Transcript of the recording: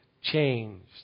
changed